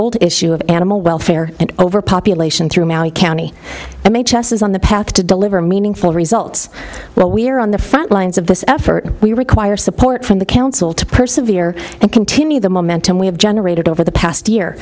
old issue of animal welfare and overpopulation through maui county m h s is on the path to deliver meaningful results well we are on the front lines of this effort we require support from the council to persevere and continue the momentum we have generated over the past year